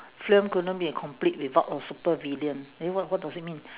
film couldn't be a complete without a supervillain eh what what does it mean